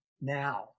now